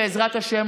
בעזרת השם,